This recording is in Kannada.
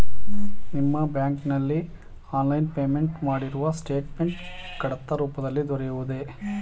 ನಿಮ್ಮ ಬ್ಯಾಂಕಿನಲ್ಲಿ ಆನ್ಲೈನ್ ಪೇಮೆಂಟ್ ಮಾಡಿರುವ ಸ್ಟೇಟ್ಮೆಂಟ್ ಕಡತ ರೂಪದಲ್ಲಿ ದೊರೆಯುವುದೇ?